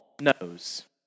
knows